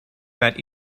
met